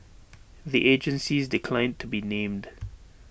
the agencies declined to be named